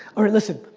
all right, listen.